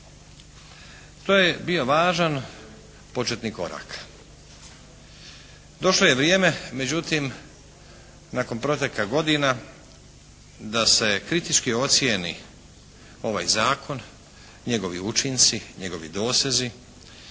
To je bio važan početni korak. Došlo je vrijeme, međutim nakon proteka godina da se kritički ocijeni ovaj Zakon, njegovi učinci, njegovi dosezi